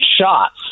shots